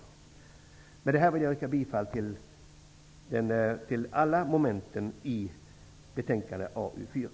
Men det anförda vill jag yrka bifall till samtliga moment i utskottets hemställan i betänkande AU4.